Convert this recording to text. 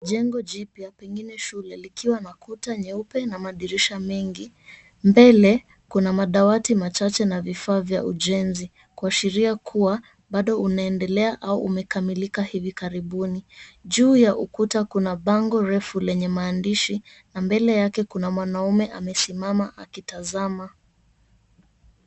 Jengo jipya, pengine shule, likiwa na kuta nyeupe na madirisha mengi. Mbele kuna madawati machache na vifaa vya ujenzi kuashiria kuwa bado unaendelea au umekamilika hivi karibuni. Juu ya ukuta kuna bango kubwa lenye maandishi na mbele yake kuna mwanaume amesimama akitazama.